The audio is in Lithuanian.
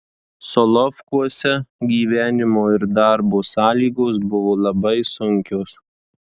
solovkuose gyvenimo ir darbo sąlygos buvo labai sunkios